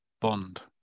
Bond